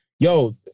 Yo